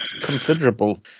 considerable